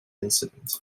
incident